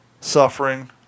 suffering